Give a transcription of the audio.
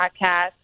podcast